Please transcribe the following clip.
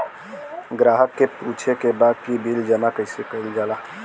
ग्राहक के पूछे के बा की बिल जमा कैसे कईल जाला?